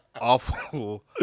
Awful